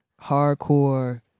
hardcore